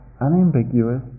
unambiguous